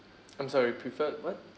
I'm sorry preferred what